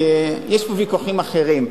כי יש פה ויכוחים אחרים.